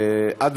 מוסרית.